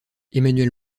emmanuel